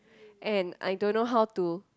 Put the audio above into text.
and I don't know how to